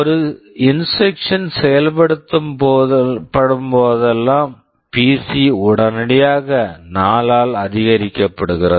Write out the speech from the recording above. ஒரு instruction instruction செயல்படுத்தப்படும் போதெல்லாம் பிசி PC உடனடியாக 4 ஆல் அதிகரிக்கப்படுகிறது